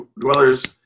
dwellers